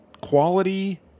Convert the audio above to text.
quality